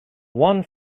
one